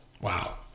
Wow